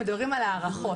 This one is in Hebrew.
מדברים על הערכות.